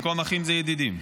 במקום אחים זה ידידים.